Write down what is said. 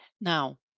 Now